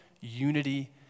unity